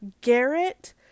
garrett